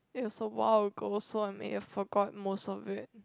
it was awhile ago so I may have forgot most of it